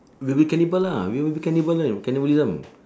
we will cannibal lah we will be cannibali~ cannibalism